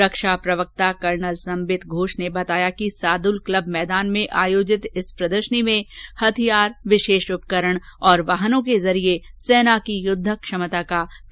रक्षा प्रवक्ता कर्नल सम्बित घोष ने बताया कि सादूल क्लव मैदान में आयोजित इस प्रदर्शनी में हथियार विशेष उपकरण और वाहनों के जरिये सेना की युद्धक क्षमता का प्रदर्शन किया जायेगा